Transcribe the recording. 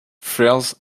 fairs